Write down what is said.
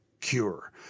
cure